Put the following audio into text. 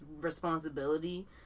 responsibility